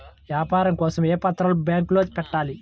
వ్యాపారం కోసం ఏ పత్రాలు బ్యాంక్లో పెట్టాలి?